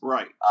Right